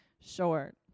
short